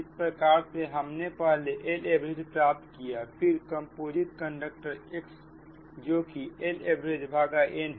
इस प्रकार हमने पहले Laverage प्राप्त किया और फिर कंपोजिट कंडक्टर X जोकि Laveragen है